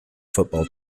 football